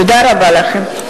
תודה רבה לכם.